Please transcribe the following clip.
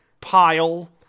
pile